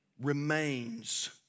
remains